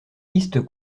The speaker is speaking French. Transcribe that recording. liste